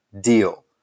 deal